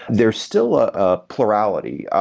there's still a ah plurality.